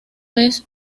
vez